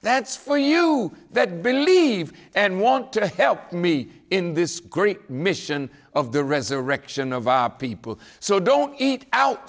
that's for you that believe and want to help me in this great mission of the resurrection of our people so don't eat out